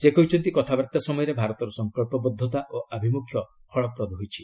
ସେ କହିଛନ୍ତି କଥାବାର୍ତ୍ତା ସମୟରେ ଭାରତର ସଂକଳ୍ପବଦ୍ଧତା ଓ ଆଭିମୁଖ୍ୟ ଫଳପ୍ରଦ ହୋଇଛି